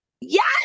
Yes